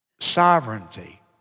sovereignty